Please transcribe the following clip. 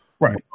right